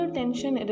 tension